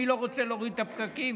מי לא רוצה להוריד את הפקקים?